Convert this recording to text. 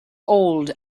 old